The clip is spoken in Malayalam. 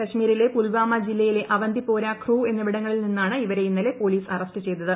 കശ്മീരിലെ പ്പുൽവാമ് ജില്ലയിലെ അവന്തിപ്പോര ഖ്രൂ എന്നിവിടങ്ങളിൽ നിന്നാണ് ഇപ്പൂർ ഇന്നലെ പോലീസ് അറസ്റ്റ് ചെയ്തത്